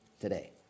Today